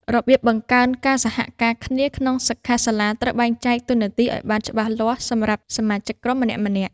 របៀបបង្កើនការសហការគ្នាក្នុងសិក្ខាសាលាត្រូវបែងចែកតួនាទីឲ្យបានច្បាស់លាស់សម្រាប់សមាជិកក្រុមម្នាក់ៗ។